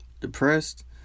Depressed